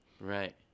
right